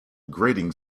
grating